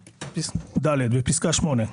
(ד) בפסקה (8)